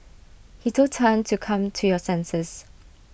he told Tan to come to your senses